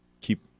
keep